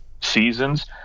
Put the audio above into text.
seasons